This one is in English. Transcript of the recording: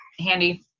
handy